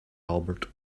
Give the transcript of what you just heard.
albert